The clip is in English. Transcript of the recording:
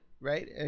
Right